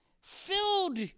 filled